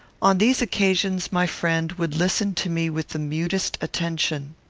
on these occasions my friend would listen to me with the mutest attention.